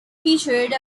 featured